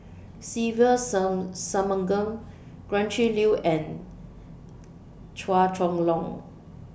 Se Ve Some Shanmugam Gretchen Liu and Chua Chong Long